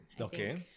Okay